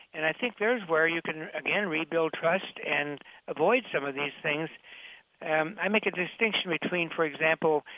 and i think there's where you can, again, rebuild trust and avoid some of these things and i make a distinction between, for example,